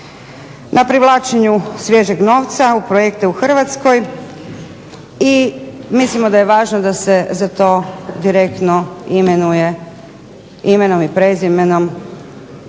Na privlačenju svježeg novca u projekte u Hrvatskoj i mislimo da je važno da se za to direktno imenuje imenom i prezimenom